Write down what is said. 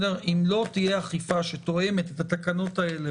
אם לא תהיה אכיפה שתואמת את התקנות האלה,